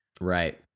Right